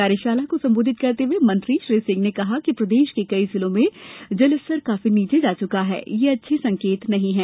कार्यशाला को संबोधित करते हुए मंत्री श्री सिंह ने कहा कि प्रदेश के कई जिलों में जल स्तर काफी नीचे जा चुका है ये अच्छे संकेत नहीं है